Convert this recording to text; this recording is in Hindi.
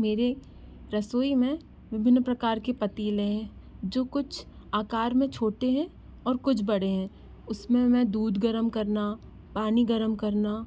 मेरे रसोई में विभिन्न प्रकार के पतीले हैं जो कुछ आकार में छोटे हैं और कुछ बड़े हैं उसमें मैं दूध गरम करना पानी गरम करना